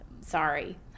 sorry